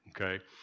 Okay